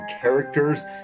characters